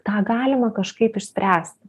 tą galima kažkaip išspręsti